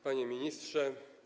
Panie Ministrze!